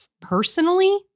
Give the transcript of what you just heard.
personally